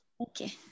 Okay